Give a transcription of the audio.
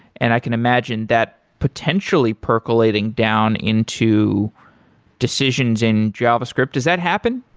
and i can imagine that potentially percolating down into decisions in javascript. does that happen?